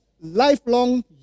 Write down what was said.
lifelong